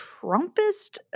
Trumpist